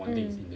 mm